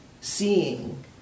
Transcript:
seeing